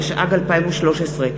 התשע"ג 2013,